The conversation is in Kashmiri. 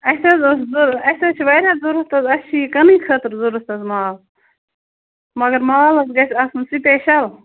اَسہِ حظ اوس اَسہِ حظ چھِ واریاہ ضوٚرَتھ حظ اَسہِ چھِ یہِ کٕنٕنۍ خٲطرٕ ضوٚرَتھ حظ مال مگر مال حظ گژھِ آسُن سِپیشَل